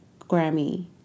Grammy